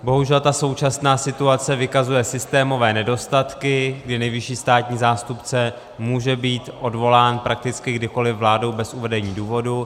Bohužel současná situace vykazuje systémové nedostatky, kdy nejvyšší státní zástupce může být odvolán prakticky kdykoliv vládou bez uvedení důvodu.